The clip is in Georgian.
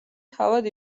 თავად